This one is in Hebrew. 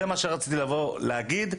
זה מה שרציתי לבוא להגיד.